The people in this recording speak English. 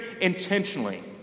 intentionally